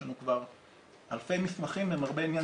יש לנו כבר אלפי מסמכים עם הרבה עניין